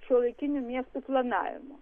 šiuolaikinių miestų planavimu